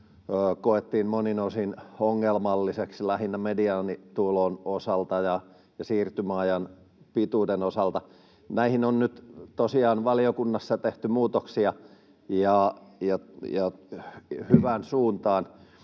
koettiin monin osin ongelmalliseksi lähinnä mediaanitulon osalta ja siirtymäajan pituuden osalta. Näihin on nyt tosiaan valiokunnassa tehty muutoksia ja hyvään suuntaan.